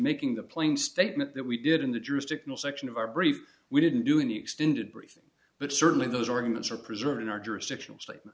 making the plain statement that we did in the jurisdictional section of our brief we didn't do any extended briefing but certainly those organs are preserved in our jurisdictional statement